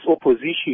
opposition